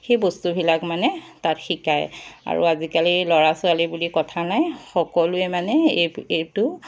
সেই বস্তুবিলাক মানে তাত শিকায় আৰু আজিকালি ল'ৰা ছোৱালী বুলি কথা নাই সকলোৱে মানে এই এইটো